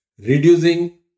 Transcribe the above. reducing